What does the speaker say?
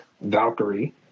Valkyrie